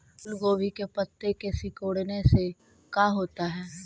फूल गोभी के पत्ते के सिकुड़ने से का होता है?